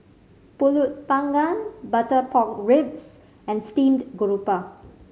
Pulut Panggang butter pork ribs and steamed garoupa